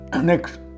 Next